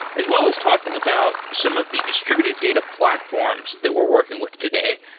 as well as talking about some of the distributed data platforms that we're working with today.